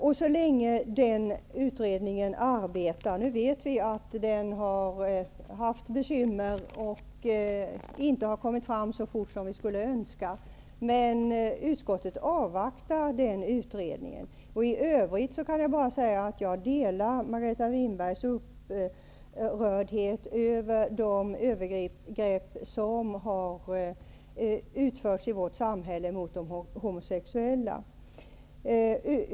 Vi vet att man har haft bekymmer med utredningen, och att man inte har kunnat arbeta så snabbt som önskat, men så länge utredningen pågår avvaktar utskottet resultatet. I övrigt känner jag, precis som Margareta Winberg, samma upprördhet över de övergrepp som har utförts i vårt samhälle mot de homosexuella.